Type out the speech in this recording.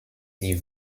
die